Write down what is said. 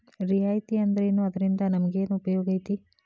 ರಿಯಾಯಿತಿ ಅಂದ್ರೇನು ಅದ್ರಿಂದಾ ನಮಗೆನ್ ಉಪಯೊಗೈತಿ?